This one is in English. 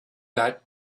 that